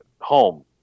home